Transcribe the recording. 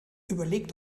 überlegt